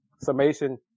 Summation